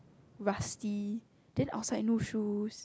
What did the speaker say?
rusty then outside no shoes